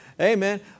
Amen